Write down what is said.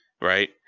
right